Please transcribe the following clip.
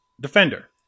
defender